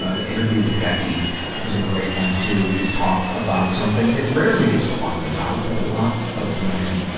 ah the interview with becky is a great one, too. we talk about something that rarely gets talked about, but a lot of women, ah,